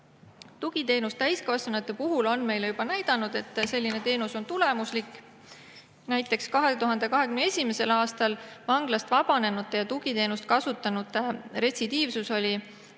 Tugiteenus täiskasvanute puhul on meile juba näidanud, et selline teenus on tulemuslik. Näiteks 2021. aastal vanglast vabanenute ja tugiteenust kasutanud retsidiivsus oli